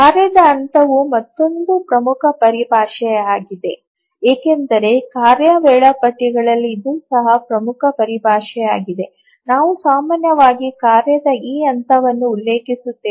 ಕಾರ್ಯದ ಹಂತವು ಮತ್ತೊಂದು ಪ್ರಮುಖ ಪರಿಭಾಷೆಯಾಗಿದೆ ಏಕೆಂದರೆ ಕಾರ್ಯ ವೇಳಾಪಟ್ಟಿಗಳಲ್ಲಿ ಇದು ಸಹ ಪ್ರಮುಖ ಪರಿಭಾಷೆಯಾಗಿದೆ ನಾವು ಸಾಮಾನ್ಯವಾಗಿ ಕಾರ್ಯದ ಈ ಹಂತವನ್ನು ಉಲ್ಲೇಖಿಸುತ್ತೇವೆ